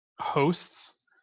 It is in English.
hosts